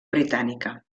britànica